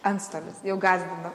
antstolis jau gąsdina